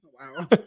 wow